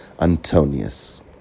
Antonius